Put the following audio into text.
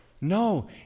No